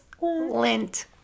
Lint